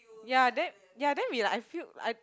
ya then ya then we like I feel I